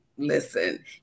listen